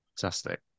Fantastic